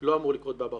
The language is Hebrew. לא אמור לקרות באברבנאל.